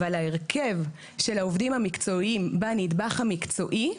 אבל ההרכב של העובדים המקצועיים בנדבך המקצועי,